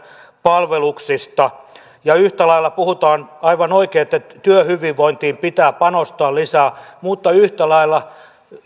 palveluksista yhtä lailla puhutaan aivan oikein että työhyvinvointiin pitää panostaa lisää mutta yhtä lailla on